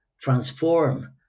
transform